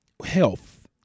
health